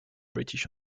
british